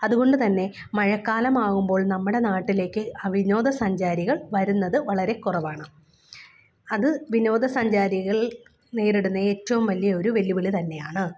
അതുകൊണ്ടു തന്നെ മഴക്കാലം ആകുമ്പോൾ നമ്മുടെ നാട്ടിലേക്ക് വിനോദസഞ്ചാരികൾ വരുന്നത് വളരെ കുറവാണ് അത് വിനോദസഞ്ചാരികൾ നേരിടുന്ന ഏറ്റവും വലിയ ഒരു വെല്ലുവിളി തന്നെയാണ്